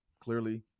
clearly